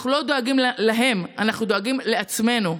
אנחנו לא דואגים להם, אנחנו דואגים לעצמנו.